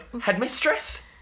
headmistress